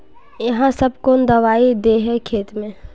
आहाँ सब कौन दबाइ दे है खेत में?